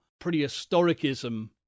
prehistoricism